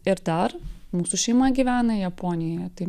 ir dar mūsų šeima gyvena japonijoje tai